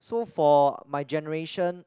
so for my generation